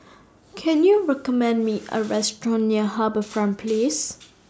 Can YOU recommend Me A Restaurant near HarbourFront Place